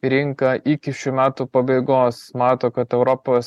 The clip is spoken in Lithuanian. rinka iki šių metų pabaigos mato kad europos